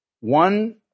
one